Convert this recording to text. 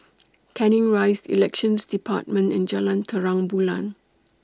Canning Rise Elections department and Jalan Terang Bulan